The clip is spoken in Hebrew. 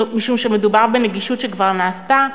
משום שמדובר בנגישות שכבר נעשתה,